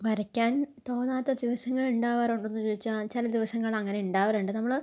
വരയ്ക്കാൻ തോന്നാത്ത ദിവസങ്ങൾ ഉണ്ടാവാറുണ്ടോന്ന് ചോദിച്ചാൽ ചില ദിവസങ്ങളങ്ങനെ ഉണ്ടാവാറുണ്ട് നമ്മൾ